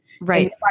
Right